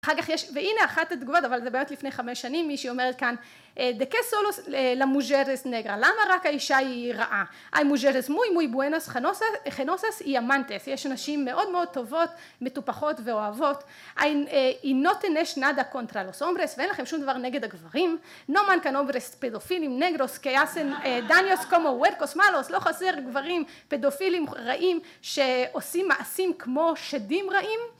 אחר כך יש, והנה אחת התגובות, אבל זה באמת לפני חמש שנים, מישהי אומרת כאן, דקה סולוס למוז'רס נגרה, למה רק האישה היא רעה? איי מוז'רס מוי מוי בואנוס חנוסס אי אמאנטס, יש נשים מאוד מאוד טובות, מטופחות ואוהבות, איי נוטה נש נאדה קונטרלוס אומברס, ואין לכם שום דבר נגד הגברים, נו מאנקה אומברס פדופילים נגרוס, קייסן דניוס קומו ווירקוס מאלוס, לא חסר גברים פדופילים רעים, שעושים מעשים כמו שדים רעים?